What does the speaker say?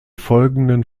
folgenden